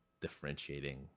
differentiating